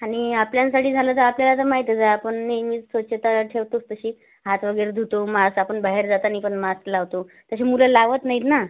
आणि आपल्यांसाठी झालं तर आपल्याला तर माहितच आहे आपण नेहमीच स्वच्छता ठेवतोच तशी हात वगैरे धुतो मास्क आपण बाहेर जाताना पण मास्क लावतो तशी मुलं लावत नाहीत ना